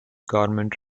garment